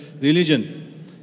religion